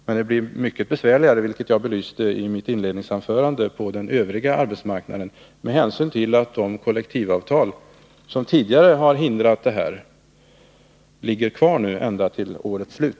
Men det blir mycket besvärligare, vilket jag belyste i mitt inledningsanförande, på den övriga arbetsmarknaden med hänsyn till att de kollektivavtal som tidigare har hindrat detta ligger kvar ända fram till årets slut.